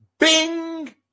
Bing